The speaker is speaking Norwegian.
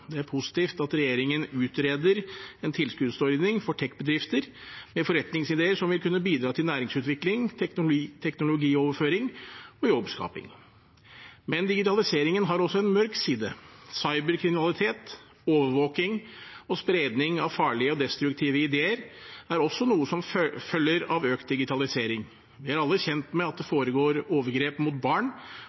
Det er positivt at regjeringen utreder en tilskuddsordning for tech-bedrifter med forretningsideer som vil kunne bidra til næringsutvikling, teknologioverføring og jobbskaping. Men digitaliseringen har også en mørk side: Cyberkriminalitet, overvåking og spredning av farlige og destruktive ideer er også noe som følger av økt digitalisering. Vi er alle kjent med at det foregår overgrep mot barn,